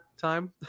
time